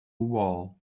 wall